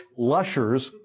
lushers